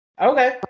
Okay